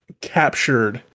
captured